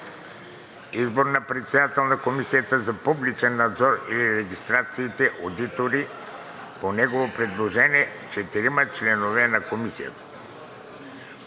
Избор на председател на Комисията за публичен надзор над регистрираните одитори и по негово предложение – четирима членове на Комисията.